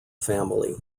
family